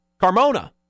Carmona